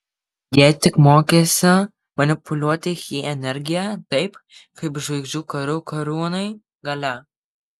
jei tik mokėsi manipuliuoti chi energija taip kaip žvaigždžių karų kariūnai galia